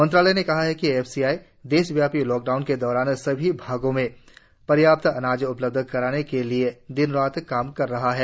मंत्रालय ने कहा कि एफसीआई देशव्यापी लॉकडाउन के दौरान सभी भागों में पर्याप्त अनाज उपलब्ध कराने के लिए दिन रात काम कर रहा है